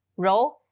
role,